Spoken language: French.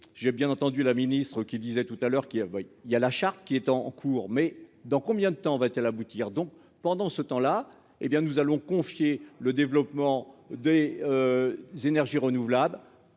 j'ai bien entendu la ministre qui disait tout à l'heure qu'il a, il y a la charte qui est en cours mais dans combien de temps va-t-elle aboutir donc pendant ce temps là, hé bien nous allons confier le développement des énergies renouvelables